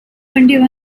twenty